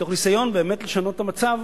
מתוך ניסיון, באמת, לשנות את המצב,